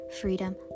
freedom